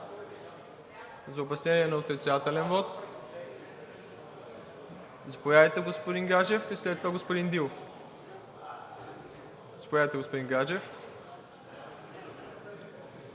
За обяснение на отрицателен вот господин Гаджев и след това господин Дилов. Заповядайте, господин Гаджев.